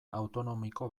autonomiko